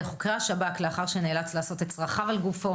חוקרי השב"כ לאחר שנאלץ לעשות את צרכיו על גופו.